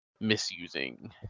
misusing